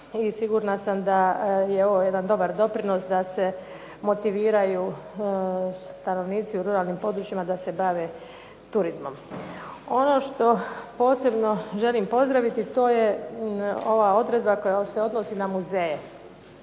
sigurna sam da je ovo jedan dobar doprinos da se motiviraju stanovnici u ruralnim područjima da se bave turizmom. Ono što posebno želim pozdraviti to je ova odredba koja se odnosi na muzeje.